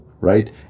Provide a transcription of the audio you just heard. Right